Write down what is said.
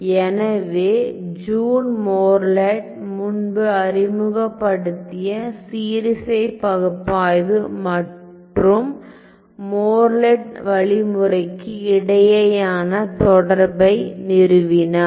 எனவே Jean Morlet முன்பு அறிமுகப்படுத்திய சீரிசை பகுப்பாய்வு மற்றும் மோர்லெட் வழிமுறைக்கு இடையேயான தொடர்பை நிறுவினார்